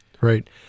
right